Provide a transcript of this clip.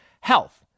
health